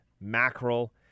mackerel